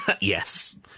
Yes